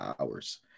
hours